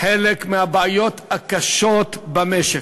חלק מהבעיות הקשות במשק.